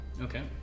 Okay